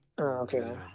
Okay